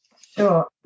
Sure